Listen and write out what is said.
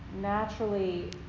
naturally